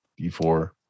d4